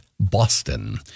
boston